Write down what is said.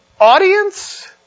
audience